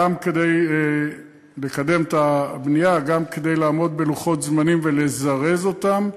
גם כדי לקדם את הבנייה וגם כדי לעמוד בלוחות זמנים ולזרז אותם.